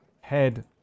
head